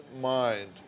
mind